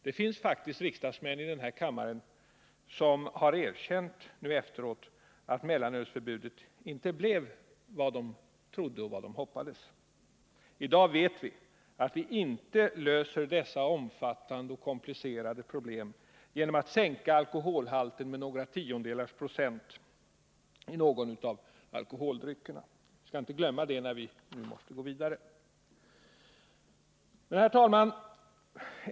Det finns faktiskt riksdagsmän i denna kammare som nu efteråt har erkänt att mellanölsförbudet inte blev vad de trodde och hoppades. I dag vet vi att vi inte löser så omfattande och komplicerade problem genom att sänka alkoholhalten med någon tiondels procent i någon av alkoholdryckerna. Vi skall inte glömma detta när vi nu måste gå vidare. Herr talman!